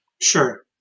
Sure